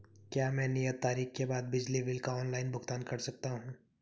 क्या मैं नियत तारीख के बाद बिजली बिल का ऑनलाइन भुगतान कर सकता हूं?